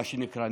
מה שנקרא,